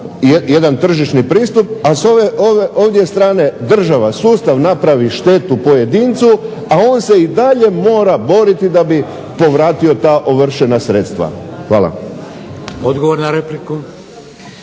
Odgovor na repliku.